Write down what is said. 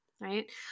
right